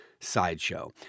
sideshow